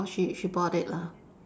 orh she she bought it lah